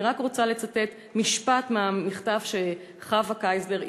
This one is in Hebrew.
אני רק רוצה לצטט משפט מהמכתב שחוה קייזלר,